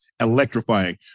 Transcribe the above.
electrifying